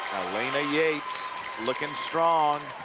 alayna yates looking strong.